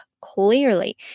clearly